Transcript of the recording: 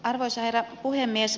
arvoisa herra puhemies